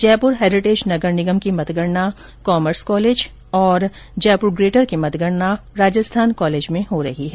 Jaipur heritage नगर निगम की मतगणना कॉमर्स कॉलेज तथा जयपूर ग्रेटर की मतगणना राजस्थान कॉलेज में हो रही है